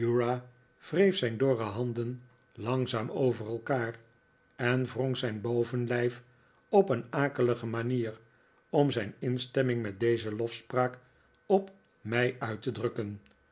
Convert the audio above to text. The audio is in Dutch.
wreef zijn dorre handen langzaam over elkaar en wrong zijn bovenlijf op een akelige manier om zijn instemming met deze lofspraak op mij uit te drukken